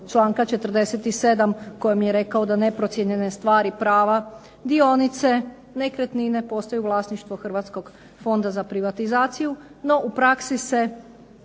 članka 47. kojom je rekao da neprocijenjene stvari, prava, dionice, nekretnine postaju vlasništvo Hrvatskog fonda za privatizaciju, no u praksi se